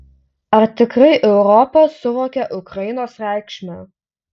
ar tikrai europa suvokia ukrainos reikšmę